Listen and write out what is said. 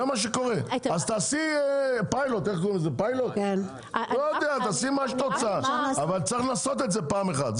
אז תעשי פיילוט אבל צריך לנסות את זה פעם אחת,